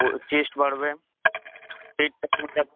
বল chest বাড়বে পেট মোটা